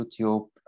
YouTube